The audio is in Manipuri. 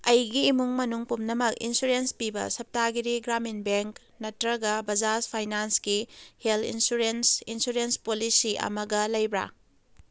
ꯑꯩꯒꯤ ꯏꯃꯨꯡ ꯃꯅꯨꯡ ꯄꯨꯝꯅꯃꯛ ꯏꯟꯁꯨꯔꯦꯟꯁ ꯄꯤꯕ ꯁꯞꯇꯥꯒꯤꯔꯤ ꯒ꯭ꯔꯥꯃꯤꯟ ꯕꯦꯡꯛ ꯅꯇꯔꯒ ꯕꯖꯥꯖ ꯐꯥꯏꯅꯥꯟꯁꯀꯤ ꯍꯦꯜꯊ ꯏꯟꯁꯨꯔꯦꯟꯁ ꯏꯟꯁꯨꯔꯦꯟꯁ ꯄꯣꯂꯤꯁꯤ ꯑꯃꯒ ꯂꯩꯕ꯭ꯔꯥ